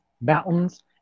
mountains